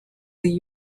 the